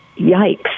yikes